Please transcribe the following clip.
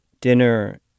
Dinner